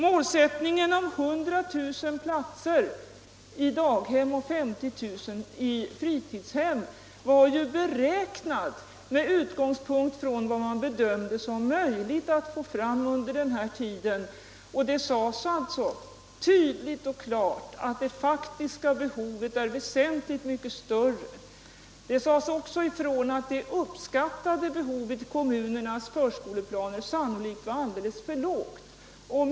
Målsättningen 100 000 platser i daghem och 50 000 platser i fritidshem var ju beräknad med utgångspunkt i vad man bedömde som möjligt att få fram under den här tiden. Det sades tydligt och klart att det faktiska behovet är väsentligt mycket större. Det sades också ifrån att det uppskattade behovet i kommunernas förskoleplaner sannolikt var alldeles för lågt.